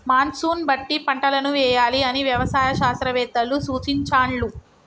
monsoon బట్టి పంటలను వేయాలి అని వ్యవసాయ శాస్త్రవేత్తలు సూచించాండ్లు